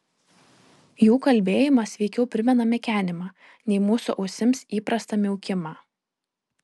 jų kalbėjimas veikiau primena mekenimą nei mūsų ausims įprastą miaukimą